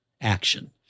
action